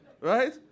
Right